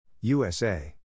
USA